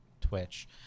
Twitch